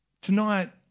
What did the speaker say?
Tonight